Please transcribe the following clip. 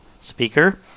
speaker